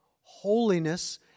holiness